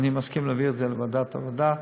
אני מסכים להעביר את זה לוועדת העבודה,